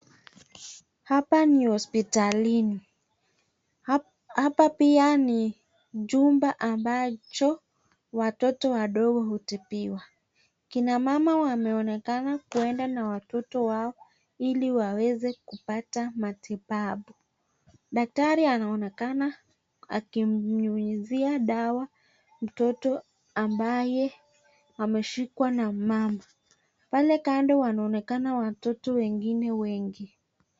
Hapa ni hospitalini. Hapa pia ni chumba ambacho watoto wadogo hutibiwa. Kina mama wameonekana kuenda na watoto wao ili waweze kupata matibabu. Daktari anaonekana akimnyunyizia dawa mtoto ambaye ameshikwa na mama. Pale kando wanaonekana watoto wengine wengi.